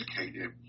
educated